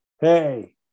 hey